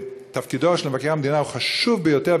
שתפקידו של מבקר המדינה הוא חשוב ביותר,